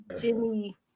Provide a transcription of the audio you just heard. Jimmy